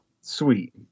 sweet